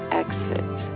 exit